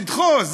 לדחוס.